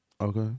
Okay